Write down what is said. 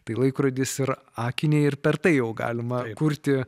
tai laikrodis ir akiniai ir per tai jau galima kurti